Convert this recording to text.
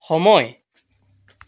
সময়